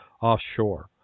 offshore